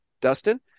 Dustin